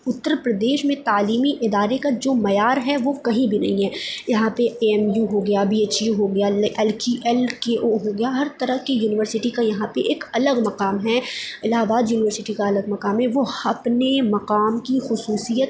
اتّر پردیش میں تعلیمی ادارے کا جو معیار ہے وہ کہیں بھی نہیں ہے یہاں پہ اے ایم یو ہو گیا بی ایچ یو ہو گیا لے ال کی ایل کے او ہو گیا ہر طرح کی یونیورسٹی کا یہاں پہ ایک الگ مقام ہے الہٰ آباد یونیورسٹی کا الگ مقام ہے وہ اپنے مقام کی خصوصیت